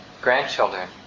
grandchildren